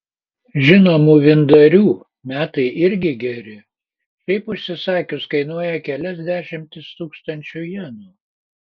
žinomų vyndarių metai irgi geri šiaip užsisakius kainuoja kelias dešimtis tūkstančių jenų